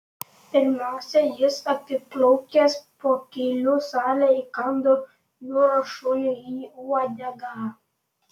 pirmiausia jis apiplaukęs pokylių salę įkando jūros šuniui į uodegą